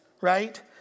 right